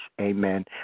amen